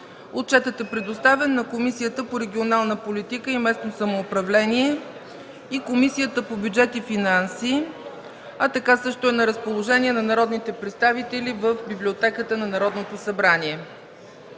Отчетът е предоставен на Комисията по регионална политика и местно самоуправление и на Комисията по бюджет и финанси, а така също е на разположение на народните представители в Библиотеката на Народното събрание.